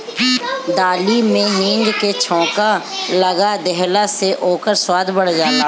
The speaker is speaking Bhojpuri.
दाली में हिंग के छौंका लगा देहला से ओकर स्वाद बढ़ जाला